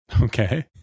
Okay